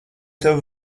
tev